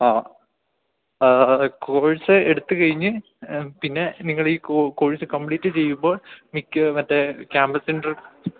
ആ കോഴ്സ് എടുത്തുകഴിഞ്ഞ് പിന്നെ നിങ്ങളീ ഈ കോഴ്സ് കംപ്ലീറ്റ് ചെയ്യുമ്പോൾ മിക്ക മറ്റേ ക്യാമ്പസിൻ്റെ